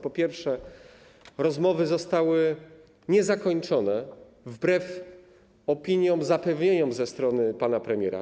Po pierwsze, rozmowy nie zostały zakończone, wbrew opiniom, zapewnieniom ze strony pana premiera.